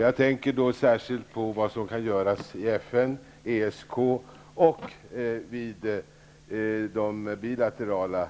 Jag tänker då särskilt på vad som kan göras i FN, ESK och vid de bilaterala